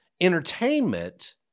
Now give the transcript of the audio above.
entertainment